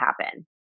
happen